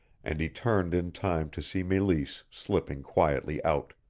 and he turned in time to see meleese slipping quietly out.